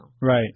Right